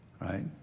Right